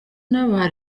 n’aba